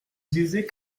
disait